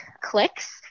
clicks